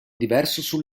diverso